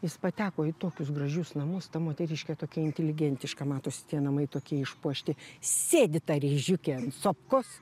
jis pateko į tokius gražius namus ta moteriškė tokia inteligentiška matosi tie namai tokie išpuošti sėdi ta ryžiukė ant sofkos